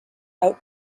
out